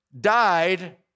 died